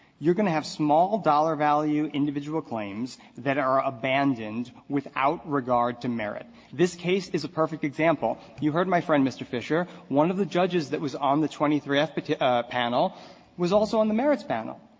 you're going to have small dollar value individual claims that are abandoned without regard to merit. this case is a perfect example. you heard my friend mr. fisher. one of the judges that was on the twenty three f but ah panel was also on the merits panel.